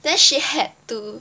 then she had to